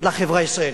לחברה הישראלית,